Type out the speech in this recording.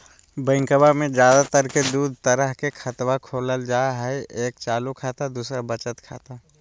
बैंकवा मे ज्यादा तर के दूध तरह के खातवा खोलल जाय हई एक चालू खाता दू वचत खाता